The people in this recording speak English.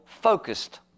focused